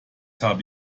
habe